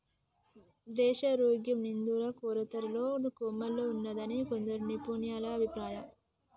దేశారోగ్యం నిధుల కొరతతో కోమాలో ఉన్నాదని కొందరు నిపుణుల అభిప్రాయం